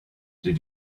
did